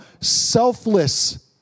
selfless